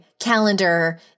calendar